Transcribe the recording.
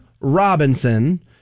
Robinson